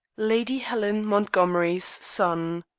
lady helen montgomery's son